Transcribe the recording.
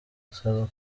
asaba